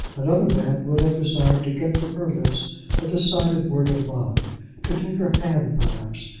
another man would have desired to get from her lips a decided word of love to take her hand, perhaps,